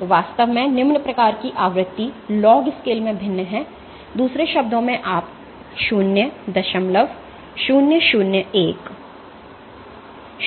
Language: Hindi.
तो वास्तव में निम्न प्रकार की आवृत्ति लॉग स्केल में भिन्न है दूसरे शब्दों में आप 0001 001